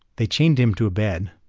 they chained him to a bed.